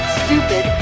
stupid